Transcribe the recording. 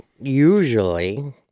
usually